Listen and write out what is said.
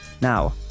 now